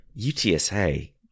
UTSA